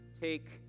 take